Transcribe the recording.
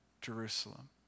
Jerusalem